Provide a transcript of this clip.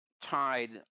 tied